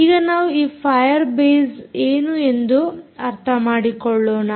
ಈಗ ನಾವು ಈ ಫಾಯರ್ ಬೇಸ್ ಏನು ಎಂದು ಅರ್ಥ ಮಾಡಿಕೊಳ್ಳೋಣ